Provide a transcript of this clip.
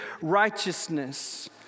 righteousness